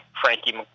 Frankie